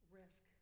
risk